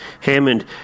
Hammond